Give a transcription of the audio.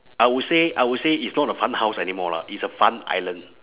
I would say I would say it's not a fun house anymore lah it's a fun island